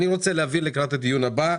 אני רוצה להבין לקראת הדיון הבא,